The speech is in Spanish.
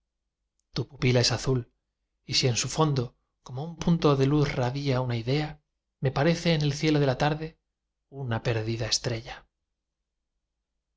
tu pupila es azul y si en su fondo como un punto de luz radia una idea me parece en el cielo de la tarde una perdida estrella